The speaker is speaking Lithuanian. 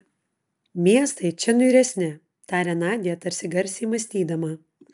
miestai čia niūresni tarė nadia tarsi garsiai mąstydama